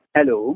Hello